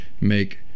make